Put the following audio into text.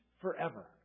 forever